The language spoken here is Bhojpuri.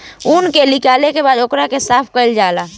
ऊन के निकालला के बाद ओकरा के साफ कईल जाला